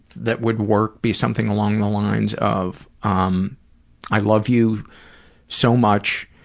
that would work be something along the lines of, um i love you so much,